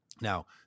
Now